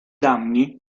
danni